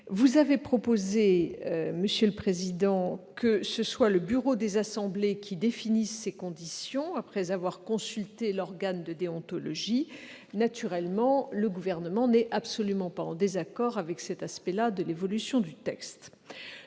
Vous avez proposé, monsieur le président Bas, qu'il revienne aux bureaux des assemblées de définir ces conditions, après avoir consulté l'organe de déontologie. Naturellement, le Gouvernement n'est absolument pas en désaccord avec cet aspect de l'évolution du texte